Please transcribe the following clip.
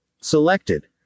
Selected